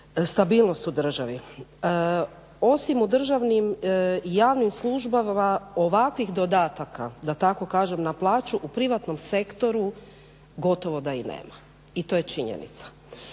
stabilnost u državi. Osim u državnim i javnim službama ovakvih dodataka, da tako kažem, na plaću u privatnom sektoru gotovo da i nema i to je činjenica.